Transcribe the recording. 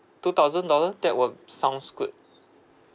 two thousand dollar that would sounds good